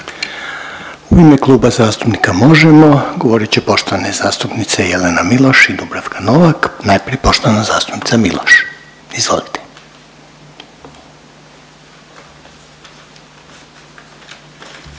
U ime Kluba zastupnika Možemo! govorit će poštovane zastupnice Jelena Miloš i Dubravka Novak. Najprije poštovana zastupnica Miloš. Izvolite.